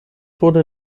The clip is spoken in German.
wurde